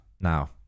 now